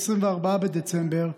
24 בדצמבר,